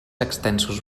extensos